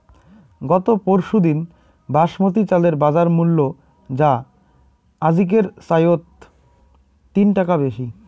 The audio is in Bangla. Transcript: গত পরশুদিন বাসমতি চালের বাজারমূল্য যা আজিকের চাইয়ত তিন টাকা বেশি